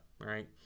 right